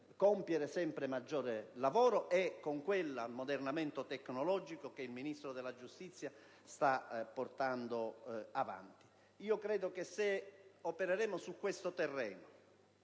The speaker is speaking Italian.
compiere sempre maggior lavoro e con quell'ammodernamento tecnologico che il Ministro della giustizia sta portando avanti. Credo che dovremo operare su questo terreno,